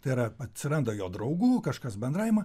tai yra atsiranda jo draugų kažkas bendravimo